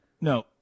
No